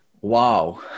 wow